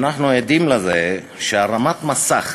אנחנו עדים, לגבי הרמת מסך,